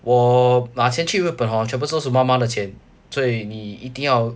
我拿钱去日本 hor 全部都是妈妈的钱所以你一定要